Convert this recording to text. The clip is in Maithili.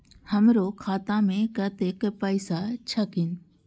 हमरो खाता में कतेक पैसा छकीन?